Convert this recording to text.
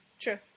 True